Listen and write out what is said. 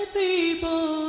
people